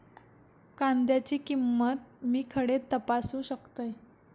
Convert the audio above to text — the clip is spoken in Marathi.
कांद्याची किंमत मी खडे तपासू शकतय?